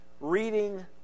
reading